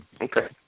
Okay